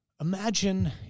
Imagine